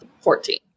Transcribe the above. Fourteen